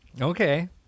Okay